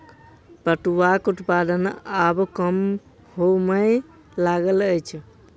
पटुआक उत्पादन आब कम होमय लागल अछि